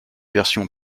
version